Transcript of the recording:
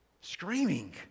screaming